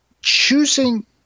choosing